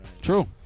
True